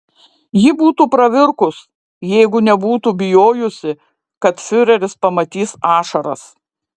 ji būtų pravirkus jeigu nebūtų bijojusi kad fiureris pamatys ašaras